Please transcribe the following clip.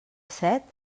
set